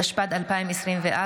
התשפ"ד 2024,